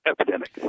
epidemic